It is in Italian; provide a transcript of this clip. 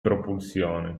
propulsione